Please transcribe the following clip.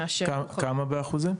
כמה זה יוצא באחוזים?